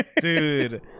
dude